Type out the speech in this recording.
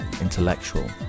intellectual